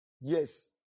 Yes